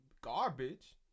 garbage